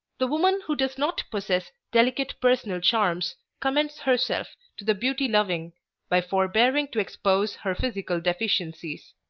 the women who does not possess delicate personal charms commends herself to the beauty-loving by forbearing to expose her physical deficiencies.